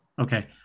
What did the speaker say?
Okay